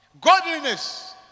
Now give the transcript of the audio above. godliness